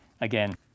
Again